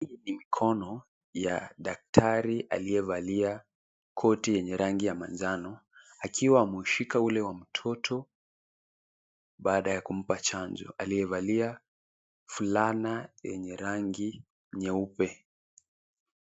Hii ni mikono ya daktari aliyevalia koti yenye rangi ya manjano akiwa ameushika ule wa mtoto baada ya kumpa chanjo aliyevalia fulana yenye rangi nyeupe.